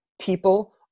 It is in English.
people